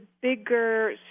bigger